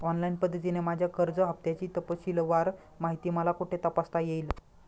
Online पद्धतीने माझ्या कर्ज हफ्त्याची तपशीलवार माहिती मला कुठे तपासता येईल?